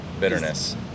bitterness